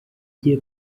gihe